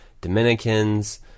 Dominicans